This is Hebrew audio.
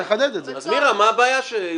מירה, מה הבעיה?